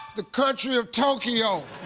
the country of tokyo.